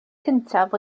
cyntaf